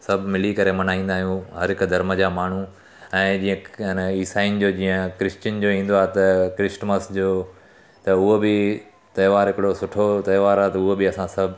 सभु मिली करे मल्हाईंदायूं हर हिकु धर्म जा माण्हू ऐं जीअं इना ईसाईनि जो जीअं क्रिश्चन जो ईंदो आहे त क्रिस्टमस जो त उहो बि तहिवार हिकिड़ो सुठो तहिवार आहे त उहो बि असां सभु